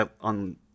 on